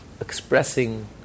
expressing